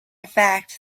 fact